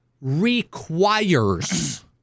requires